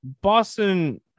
Boston